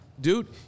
Dude